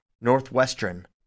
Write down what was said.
Northwestern